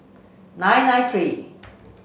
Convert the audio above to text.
nine nine three